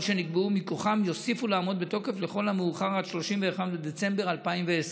שנקבעו מכוחם יוסיפו לעמוד בתוקף לכל המאוחר עד ל-31 בדצמבר 2020,